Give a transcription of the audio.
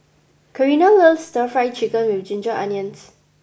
Karina loves Stir Fry Chicken with Ginger Onions